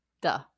Duh